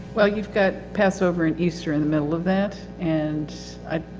well you've got passover and easter in the middle of that and i,